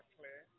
clear